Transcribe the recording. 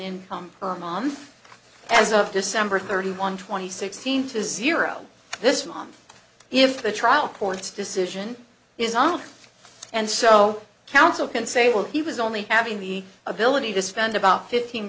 income her mom as of december thirty one twenty sixteen to zero this mom if the trial court's decision is not and so counsel can say well he was only having the ability to spend about fifteen